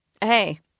Hey